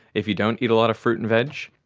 if you don't eat a lot of fruit and veg,